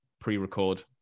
pre-record